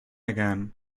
again